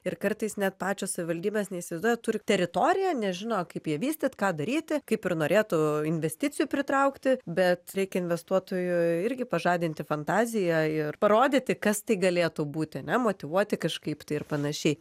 ir kartais net pačios savivaldybės neįsivaizduoja turi teritoriją nežino kaip ją vystyt ką daryti kaip ir norėtų investicijų pritraukti bet reikia investuotojui irgi pažadinti fantaziją ir parodyti kas tai galėtų būti ane motyvuoti kažkaip tai ir panašiai